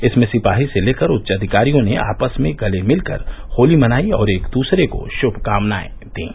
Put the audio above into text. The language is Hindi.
इसमें सिपाही से लेकर उच्च अधिकारियों ने आपस में गले मिलकर होली मनाई और एक दूसरे को शुभकामनाएं दीं